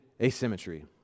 asymmetry